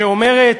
שאומרת: